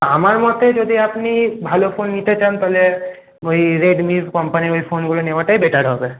আমার মতে যদি আপনি ভালো ফোন নিতে চান তাহলে ওই রেডমি কোম্পানির ঐ ফোনগুলো নেওয়াটাই বেটার হবে